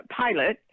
pilot